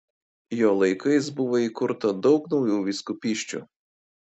jo laikais buvo įkurta daug naujų vyskupysčių